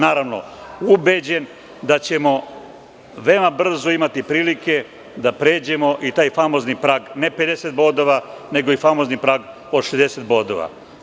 Naravno, ubeđen sam da ćemo veoma brzo imati prilike da pređemo i taj famozni prag, ne 50 bodova nego i famozni prag od 60 bodova.